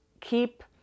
keep